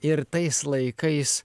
ir tais laikais